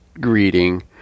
greeting